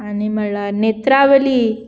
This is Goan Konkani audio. आनी म्हणल्यार नेत्रावली